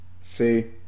See